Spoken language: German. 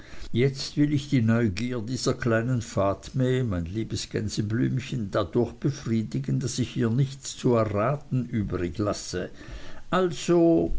jetzt will ich die neugier dieser kleinen fatme mein liebes gänseblümchen dadurch befriedigen daß ich ihr nichts zu erraten übrig lasse also